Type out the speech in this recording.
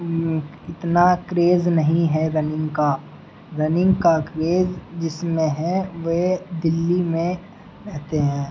اتنا کریز نہیں ہے رننگ کا رننگ کا کریز جس میں ہے وہ دلی میں رہتے ہیں